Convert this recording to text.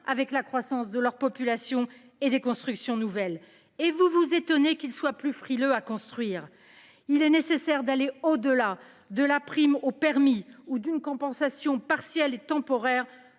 avec la croissance de la population et les constructions nouvelles. Et vous vous étonnez qu'ils soient plus frileux à construire ! Il est nécessaire d'aller bien au-delà d'une prime au permis ou d'une compensation partielle et temporaire